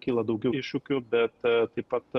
kyla daugiau iššūkių bet taip pat